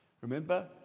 Remember